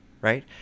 right